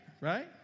right